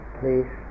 please